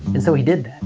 and so he did.